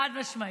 חד-משמעית.